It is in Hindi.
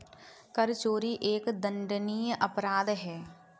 कर चोरी एक दंडनीय अपराध है